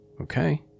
Okay